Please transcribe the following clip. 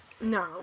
No